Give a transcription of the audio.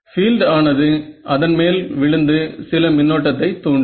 field ஆனது அதன் மேல் விழுந்து சில மின்னோட்டத்தை தூண்டும்